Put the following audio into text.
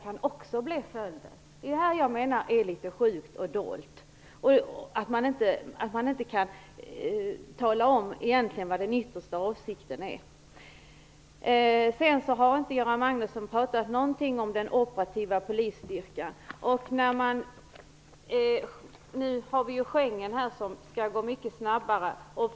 Det är det jag menar vara litet sjukt och litet dolt - att man inte kan tala om vad den yttersta avsikten egentligen är. Göran Magnusson har inte talat någonting om den operativa polisstyrkan. Nu har vi Schengenavtalet, och det skall gå mycket snabbare.